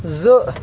زٕ